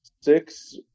six